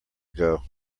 ago